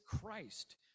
Christ